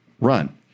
run